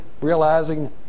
realizing